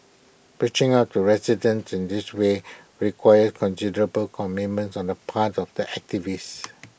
reaching out to residents in these ways requires considerable commitments on the parts of the activists